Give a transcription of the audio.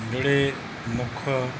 ਜਿਹੜੇ ਮੁੱਖ